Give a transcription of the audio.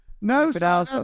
No